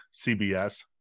CBS